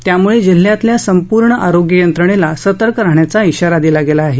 त्यामुळे जिल्ह्यातल्या संपूर्ण आरोग्य यंत्रणेला सतर्क राहण्याचा विवारा दिला आहे